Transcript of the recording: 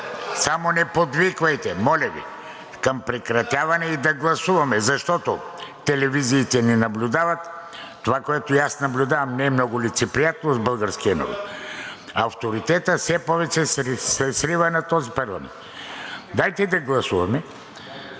само не подвиквайте, моля Ви към прекратяване и да гласуваме, защото телевизиите ни наблюдават. Това, което наблюдавам, не е много лицеприятно за българския народ. Авторитетът все повече се срива на този парламент. Дайте да гласуваме.